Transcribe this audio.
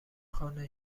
خانه